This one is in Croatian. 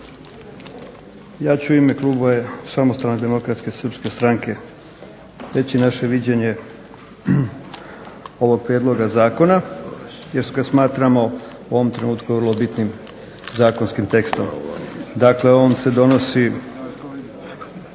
Ja ću ime kluba Samostalne demokratske srpske stranke reći naše viđenje ovog prijedloga zakona jer ga smatramo u ovom trenutku vrlo bitnim zakonskim tekstom. Dakle on se donosi,